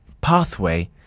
pathway